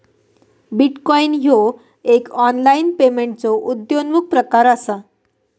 bitcoin ह्यो एक online पेमेंटचो उद्योन्मुख प्रकार असा